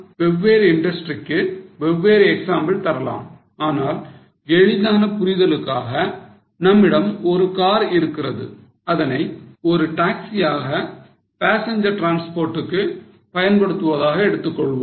வெவ்வேறு industries க்கு வெவ்வேறு எக்ஸாம்பிள் தரலாம் ஆனால் எளிதான புரிதலுக்காக நம்மிடம் ஒரு car இருக்கிறது நாம்அதனை ஒரு taxiயாக passenger transport க்கு பயன்படுத்துவதாக எடுத்துக்கொள்வோம்